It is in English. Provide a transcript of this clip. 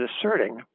asserting